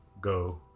go